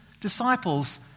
disciples